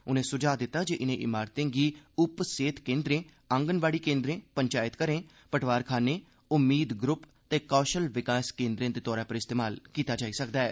उनें सुझाव दित्ता जे इनें इमारतें गी उप सेहत केंद्रे आंगनवाड़ी केंद्रें पंचैत घर पटवार खानें उम्मीद ग्रुप ते कौशल विकास केंद्रें दे तौरा पर इस्तेमाल कीता जाई सकदा ऐ